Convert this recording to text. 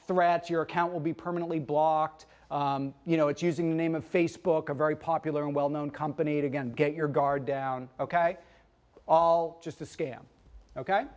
threats your account will be permanently blocked you know it using the name of facebook a very popular and well known company to again get your guard down all just a scam ok